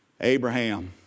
Abraham